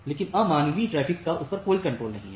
लेकिन अमानवीय ट्रैफिक का उस पर कोई कंट्रोल नहीं है